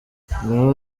ngaho